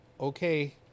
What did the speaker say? okay